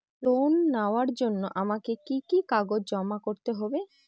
Loan নেওয়ার জন্য আমাকে কি কি কাগজ জমা করতে হবে?